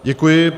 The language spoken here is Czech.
Děkuji.